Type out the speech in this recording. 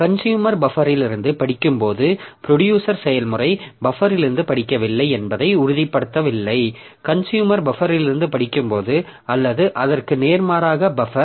consumer பஃப்பரிலிருந்து படிக்கும்போது producer செயல்முறை பஃப்பரிலிருந்து படிக்கவில்லை என்பதை உறுதிப்படுத்தவில்லை கன்சுயூமர் பஃப்பரிலிருந்து படிக்கும்போது அல்லது அதற்கு நேர்மாறாக பஃபர்